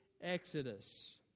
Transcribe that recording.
exodus